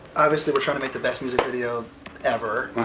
obviously we're tryna make the best music video ever